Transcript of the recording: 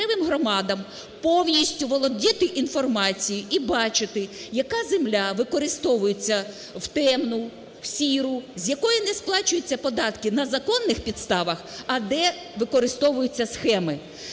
місцевим громадам повністю володіти інформацією і бачити, яка земля використовується в темну, в сіру, з якої не сплачуються податки на законних підставах, а де використовуються схеми.